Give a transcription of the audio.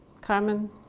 Carmen